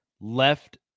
left